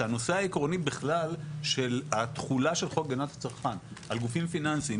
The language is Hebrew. שהנושא העקרוני בכלל עם התכולה של חוק הגנת הצרכן על גופים פיננסים,